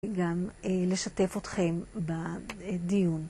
גם לשתף אתכם בדיון.